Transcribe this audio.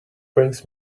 brings